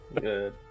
Good